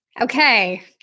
Okay